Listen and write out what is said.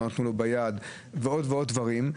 לא נתנו לו ביד ועוד ועוד דברים.